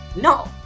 no